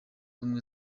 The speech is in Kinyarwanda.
ubumwe